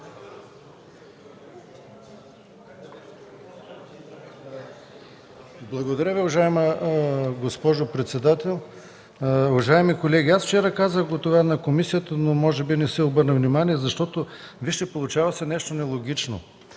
Благодаря Ви, уважаема госпожо председател. Уважаеми колеги, вчера казах това на комисията, но може би не се обърна внимание. Вижте, получава се нещо нелогично